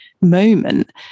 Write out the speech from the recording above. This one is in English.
moment